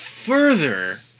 Further